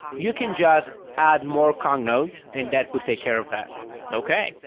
you can just add more kong nodes, and that would take care of that okay.